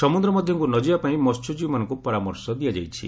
ସମୁଦ୍ର ମଧ୍ୟକୁ ନଯିବା ପାଇଁ ମସ୍ୟଜୀବୀମାନଙ୍କୁ ପରାମର୍ଶ ଦିଆଯାଇଛି